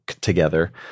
together